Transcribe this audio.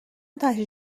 تشییع